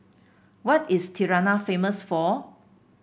what is Tirana famous for